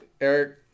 Eric